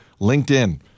LinkedIn